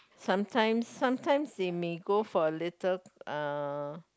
sometimes sometimes they may go for a little uh